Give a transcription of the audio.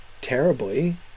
terribly